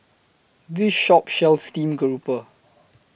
This Shop sells Steamed Garoupa